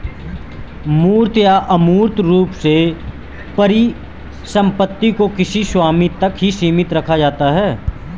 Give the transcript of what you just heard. मूर्त या अमूर्त रूप से परिसम्पत्ति को किसी स्वामी तक ही सीमित रखा जाता है